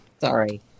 Sorry